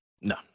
No